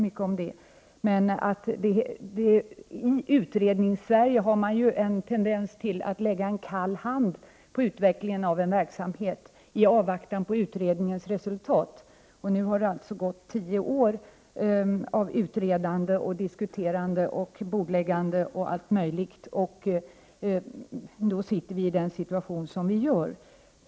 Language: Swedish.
I Utredningssverige har man ju en tendens att lägga en kall hand över utvecklingen av en verksamhet i avvaktan på resultat av utredningen om den. Nu har det gått tio år av utredande, diskuterande, bordläggande och allt möjligt, och därför sitter vi i den situation som vi har.